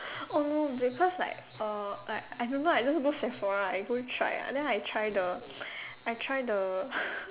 oh because like uh like I don't know I just go Sephora I go try ah then I try the I try the